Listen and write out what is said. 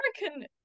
American